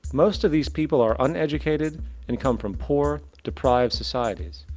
most of these people are uneducated and come from poor, deprived societies.